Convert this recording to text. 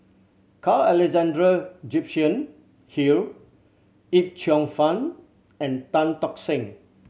Carl Alexander Gibson Hill Yip Cheong Fun and Tan Tock Seng